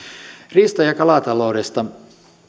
riista ja kalataloudesta